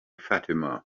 fatima